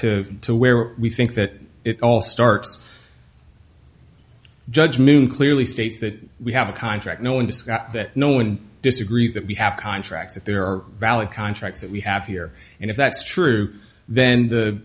to where we think that it all starts judge moon clearly states that we have a contract knowing that no one disagrees that we have contracts that there are valid contracts that we have here and if that's true then the